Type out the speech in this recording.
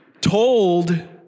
told